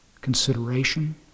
consideration